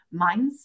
mindset